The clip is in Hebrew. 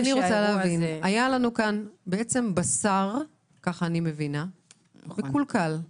היה בשר מקולקל עם